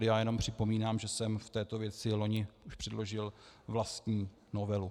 Já jen připomínám, že jsem v této věci už loni předložil vlastní novelu.